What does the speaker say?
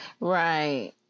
right